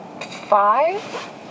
five